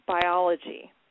biology